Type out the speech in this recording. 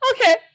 okay